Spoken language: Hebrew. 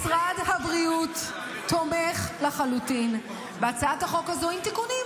משרד הבריאות תומך לחלוטין בהצעת החוק הזאת עם תיקונים,